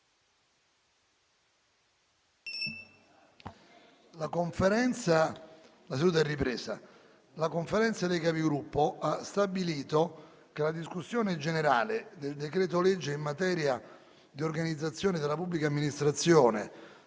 La Conferenza dei Capigruppo ha stabilito che la discussione generale del decreto-legge concernente organizzazione della pubblica amministrazione,